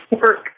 work